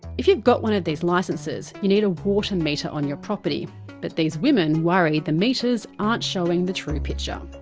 if you've got one of these licences, you need a water meter on your property but these women worry that the meters aren't showing the true picture.